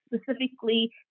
specifically